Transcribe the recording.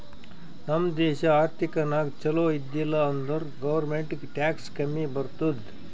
ನಮ್ ದೇಶ ಆರ್ಥಿಕ ನಾಗ್ ಛಲೋ ಇದ್ದಿಲ ಅಂದುರ್ ಗೌರ್ಮೆಂಟ್ಗ್ ಟ್ಯಾಕ್ಸ್ ಕಮ್ಮಿ ಬರ್ತುದ್